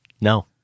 No